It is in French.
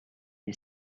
est